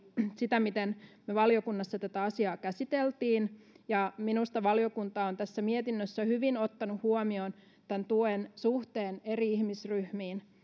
sitä miten me valiokunnassa tätä asiaa käsittelimme ja minusta valiokunta on tässä mietinnössä hyvin ottanut huomioon tämän tuen suhteen eri ihmisryhmät